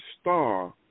star